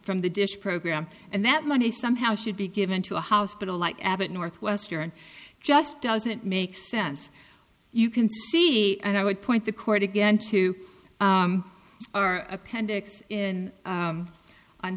from the dish program and that money somehow should be given to a hospital like abbott northwestern just doesn't make sense you can see and i would point the court again to our appendix on